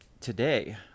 today